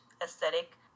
aesthetic